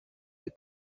des